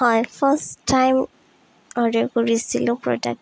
হয় first time order কৰিছিলোঁ product